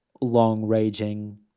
Long-raging